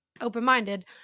open-minded